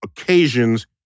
occasions